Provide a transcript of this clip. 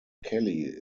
kelly